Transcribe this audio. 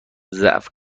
ضعف